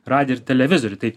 radiją ir televizorių tai